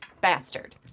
bastard